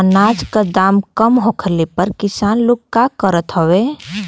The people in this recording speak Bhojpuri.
अनाज क दाम कम होखले पर किसान लोग का करत हवे?